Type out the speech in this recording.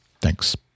Thanks